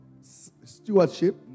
stewardship